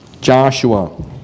Joshua